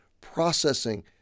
processing